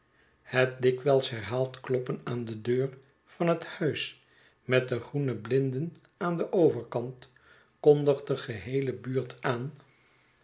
het dikwijls herhaald kloppen aan de deur van het huis met de groene blinden aan den overkant kondigt de geheele buurt aan